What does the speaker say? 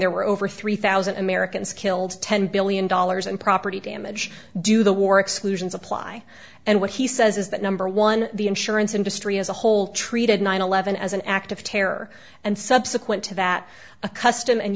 there were over three thousand americans killed ten billion dollars in property damage due to the war exclusions apply and what he says is that number one the insurance industry as a whole treated nine eleven as an act of terror and subsequent to that a custom and